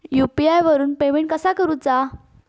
UPI वरून payment कसा करूचा?